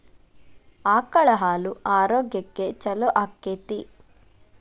ಆಕಳ ಹಾಲು ಆರೋಗ್ಯಕ್ಕೆ ಛಲೋ ಆಕ್ಕೆತಿ?